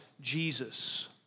Jesus